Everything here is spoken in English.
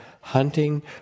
hunting